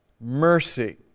mercy